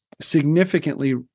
significantly